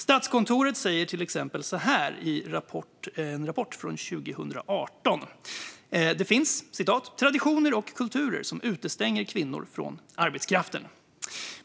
Statskontoret säger till exempel i en rapport från 2018 att det finns "traditioner och kulturer som utestänger kvinnor från arbetskraften".